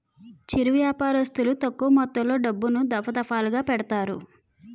చిరు వ్యాపారస్తులు తక్కువ మొత్తంలో డబ్బులను, దఫాదఫాలుగా పెడతారు